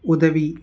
உதவி